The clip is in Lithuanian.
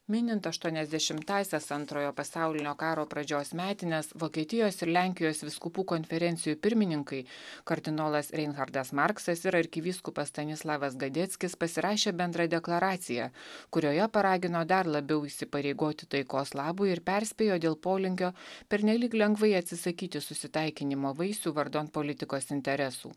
minint aštuoniasdešimtąsias antrojo pasaulinio karo pradžios metines vokietijos ir lenkijos vyskupų konferencijų pirmininkai kardinolas reinhardas marksas ir arkivyskupas stanislavas gadeckis pasirašė bendrą deklaraciją kurioje paragino dar labiau įsipareigoti taikos labui ir perspėjo dėl polinkio pernelyg lengvai atsisakyti susitaikinimo vaisių vardan politikos interesų